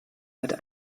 hat